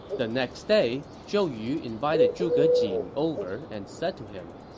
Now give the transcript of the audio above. the next day, zhou yu invited zhuge jin over and said to him,